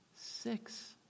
Six